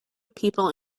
people